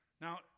Now